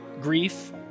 grief